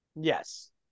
Yes